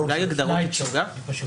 תקופה מיום הפירעון ועד תשלום החוב בפועל.